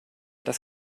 das